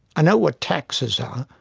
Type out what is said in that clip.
i know what taxes are.